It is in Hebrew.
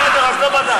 לא, בסדר, אז לא בדקת.